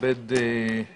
בוקר